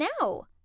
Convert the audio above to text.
now